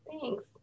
Thanks